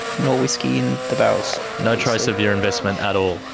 nor whiskey in the barrels. no trace of your investment at all?